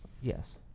Yes